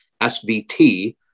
SVT